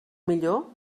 millor